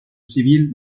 civil